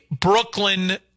Brooklyn